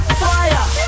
fire